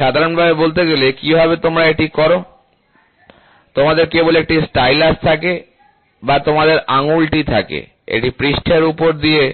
সাধারণভাবে বলতে গেলে কীভাবে তোমরা এটি করো তোমাদের কেবল একটি স্টাইলাস থাকে বা তোমাদের আঙুলটি থাকে এটি পৃষ্ঠের উপর দিয়ে